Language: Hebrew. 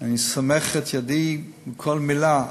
אני סומך את ידי על כל מילה.